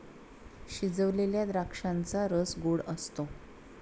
शिजवलेल्या द्राक्षांचा रस गोड असतो